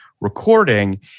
recording